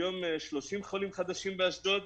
היום יש 30 חולים חדשים באשדוד,